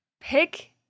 Pick